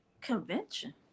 convention